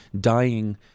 dying